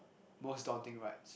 most daunting rides